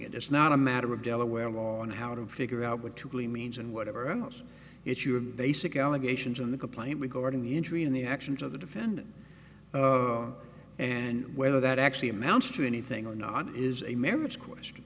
it it's not a matter of delaware law on how to figure out what to plea means and whatever else is your basic allegations in the complaint regarding the injury and the actions of the defendant and whether that actually amounts to anything or not is a marriage question